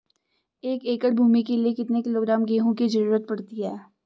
एक एकड़ भूमि के लिए कितने किलोग्राम गेहूँ की जरूरत पड़ती है?